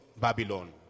babylon